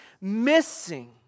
missing